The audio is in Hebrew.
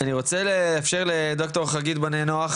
אני רוצה לאפשר לדוקטור חגית בוני נח,